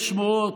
יש שמועות,